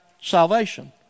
salvation